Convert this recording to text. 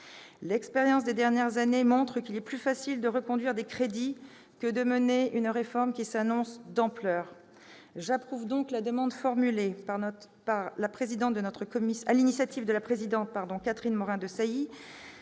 L'expérience des dernières années montre qu'il est plus facile de reconduire des crédits que de mener une réforme qui s'annonce d'ampleur. J'approuve donc la demande formulée par notre commission, sur l'initiative de sa présidente Catherine Morin-Desailly,